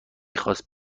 خواست